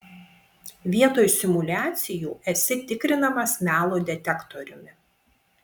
vietoj simuliacijų esi tikrinamas melo detektoriumi